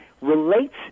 relates